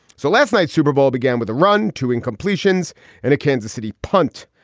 so last night's super bowl began with a run two in completions and a kansas city punt.